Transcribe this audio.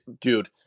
dude